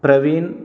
Praveen